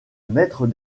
maître